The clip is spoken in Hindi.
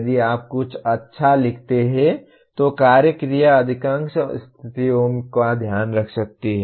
यदि आप कुछ अच्छा लिखते हैं तो एक कार्य क्रिया अधिकांश स्थितियों का ध्यान रख सकती है